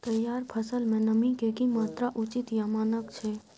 तैयार फसल में नमी के की मात्रा उचित या मानक छै?